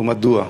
מדוע?